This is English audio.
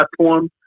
platform